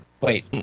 Wait